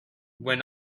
when